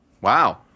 Wow